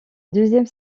deuxième